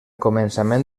començament